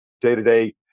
day-to-day